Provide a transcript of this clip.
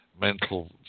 mental